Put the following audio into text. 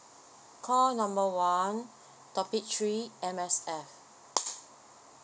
call number one topic three M_S_F